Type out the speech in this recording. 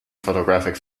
photographic